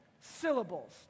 syllables